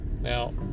now